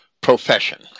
profession